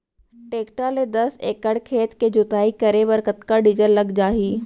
Tractor ले दस एकड़ खेत के जुताई करे बर कतका डीजल लग जाही?